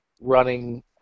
running